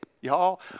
Y'all